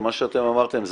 מה שאתם אמרתם,